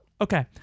Okay